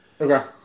Okay